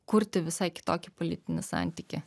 kurti visai kitokį politinį santykį